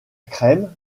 crème